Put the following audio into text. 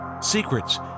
secrets